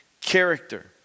character